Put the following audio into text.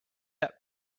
had